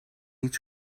niet